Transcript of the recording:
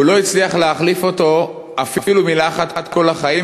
הוא לא הצליח להחליף אתו אפילו מילה אחת כל החיים,